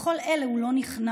לכל אלה הוא לא נכנע,